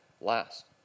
last